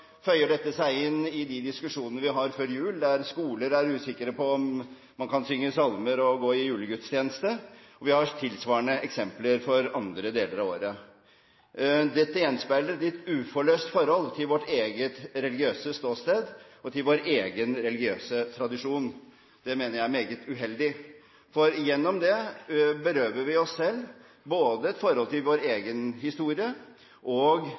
føyer dette seg inn i de diskusjonene vi har før jul, der skoler er usikre på om man kan synge salmer og gå til julegudstjeneste. Vi har tilsvarende eksempler i andre deler av året. Dette gjenspeiler et uforløst forhold til vårt eget religiøse ståsted og til vår egen religiøse tradisjon. Det mener jeg er meget uheldig, for gjennom det berøver vi oss selv et forhold til både vår egen historie og